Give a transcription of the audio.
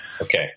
Okay